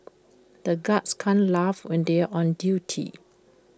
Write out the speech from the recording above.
the guards can't laugh when they are on duty